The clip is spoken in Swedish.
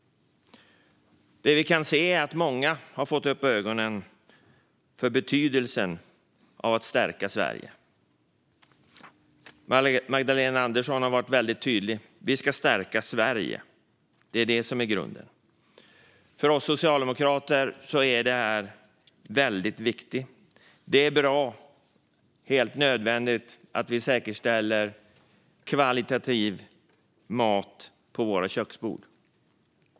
Många har fått upp ögonen för betydelsen av att stärka Sverige. Magdalena Andersson har varit tydlig: Vi ska stärka Sverige. Det är grunden. För oss socialdemokrater är det väldigt viktigt. Det är bra, helt nödvändigt, att vi säkerställer att vi har kvalitativ mat på våra köksbord.